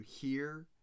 hear